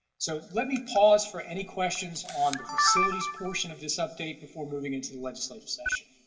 so let me pause for any questions on the facilities portion of this update before moving into the legislative session.